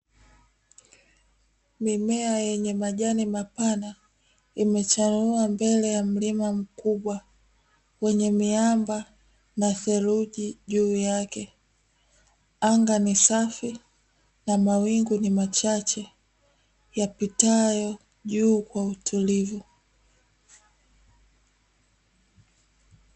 Mimea yenye majani mapana imechanua mbele ya mlima mkubwa wenye miamba na theruji juu yake anga ni safi na mawingu ni machache yapitayo juu kwa utulivu